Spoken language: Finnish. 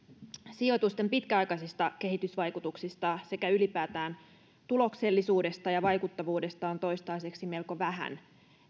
sijoitusten pitkäaikaisista kehitysvaikutuksista sekä ylipäätään tuloksellisuudesta ja vaikuttavuudesta on toistaiseksi melko vähän